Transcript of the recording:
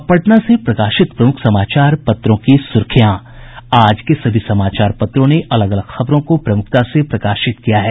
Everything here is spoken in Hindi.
अब पटना से प्रकाशित प्रमुख समाचार पत्रों की सुर्खियां आज के सभी समाचार पत्रों ने अलग अलग खबरों को प्रमूखता से प्रकाशित किया है